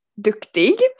duktig